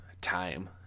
time